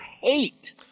hate